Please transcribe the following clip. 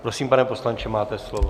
Prosím, pane poslanče, máte slovo.